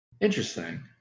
Interesting